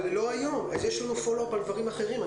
יש לנו מעקב על דברים אחרים.